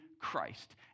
Christ